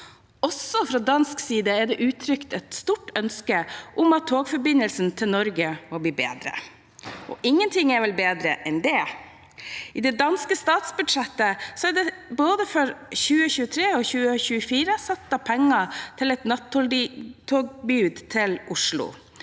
Også fra dansk side er det uttrykt et stort ønske om at togforbindelsen til Norge må bli bedre, og ingenting er vel bedre enn det. I det danske statsbudsjettet er det for både 2023 og 2024 satt av penger til et nattogtilbud til Oslo,